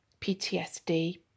PTSD